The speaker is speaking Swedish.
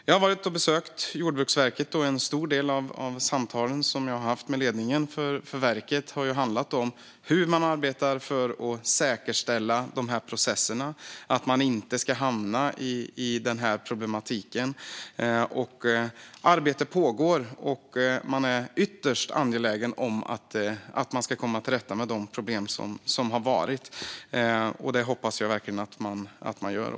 Jag har besökt Jordbruksverket, och en stor del av samtalen som jag har haft med ledningen har handlat om hur man arbetar för att säkerställa dessa processer och att man inte ska hamna i denna problematik. Arbete pågår, och man är ytterst angelägen om att man ska komma till rätta med de problem som har varit. Det hoppas jag verkligen att man gör.